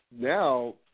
now